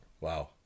Wow